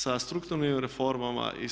Sa strukturnim reformama i